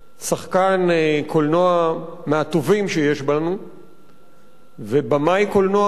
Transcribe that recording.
שחקן קולנוע מהטובים שיש בנו ובמאי קולנוע,